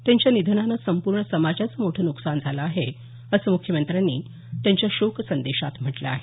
त्यांच्या निधनानं संपूर्ण समाजाचं मोठं नुकसान झालं आहे असं मुख्यमंत्र्यांनी त्यांच्या शोकसंदेशात म्हटलं आहे